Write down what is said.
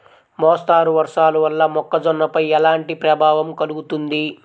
మోస్తరు వర్షాలు వల్ల మొక్కజొన్నపై ఎలాంటి ప్రభావం కలుగుతుంది?